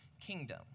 kingdom